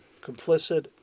complicit